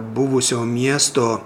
buvusio miesto